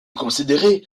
considéré